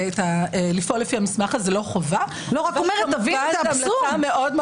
לפעול לפי המסמך זה לא חובה --- רק תבינו את האבסורד.